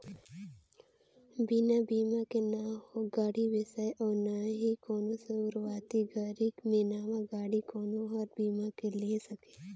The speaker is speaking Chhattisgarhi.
बिना बिमा के न हो गाड़ी बेचाय अउ ना ही कोनो सुरूवाती घरी मे नवा गाडी कोनो हर बीमा के लेहे सके